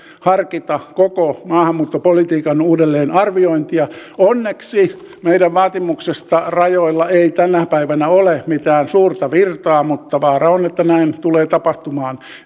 harkita koko maahanmuuttopolitiikan uudelleenarviointia onneksi meidän vaatimuksestamme rajoilla ei tänä päivänä ole mitään suurta virtaa mutta vaara on että näin tulee tapahtumaan